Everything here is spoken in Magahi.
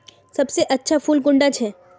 सबसे अच्छा फुल कुंडा छै?